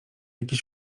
takie